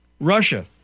Russia